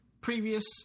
previous